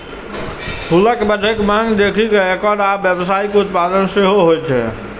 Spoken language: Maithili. फूलक बढ़ैत मांग देखि कें एकर आब व्यावसायिक उत्पादन सेहो होइ छै